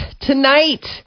tonight